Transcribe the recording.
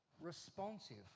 responsive